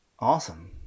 Awesome